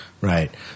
right